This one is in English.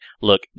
look